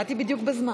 באתי בדיוק בזמן.